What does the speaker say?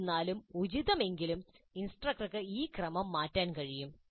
എന്നിരുന്നാലും ഉചിതമെങ്കിൽ ഇൻസ്ട്രക്ടർക്ക് ഈ ക്രമം മാറ്റാൻ കഴിയും